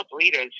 leaders